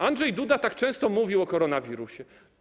Andrzej Duda tak często mówił o koronawirusie.